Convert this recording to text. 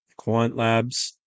quantlabs